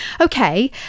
Okay